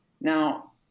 Now